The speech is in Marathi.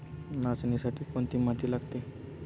नाचणीसाठी कोणती माती लागते?